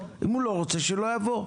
אם הוא לא רוצה שלא יבוא.